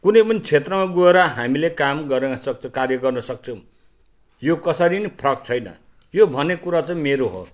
कुनै पनि क्षेत्रमा गएर हामीले काम गरिनसक्छु कार्य गर्नुसक्छौँ यो कसरी नि फरक छैन यो भन्ने कुरा चाहिँ मेरो हो